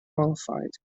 qualified